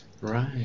Right